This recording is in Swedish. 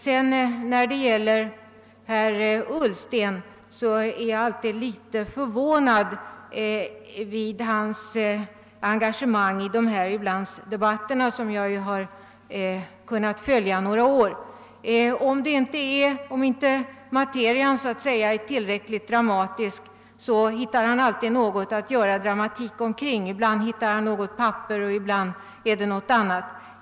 Jag är alltid en smula förvånad över herr Ullstens engagemang i våra ulandsdebatter, vilket jag kunnat följa under några år. Om inte materien är tillräckligt dramatisk finner han alltid något att skapa dramatik omkring. Ibland hittar han något papper, ibland gäller det något annat.